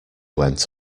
went